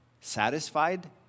satisfied